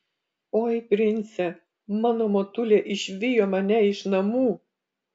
oi prince mano motulė išvijo mane iš namų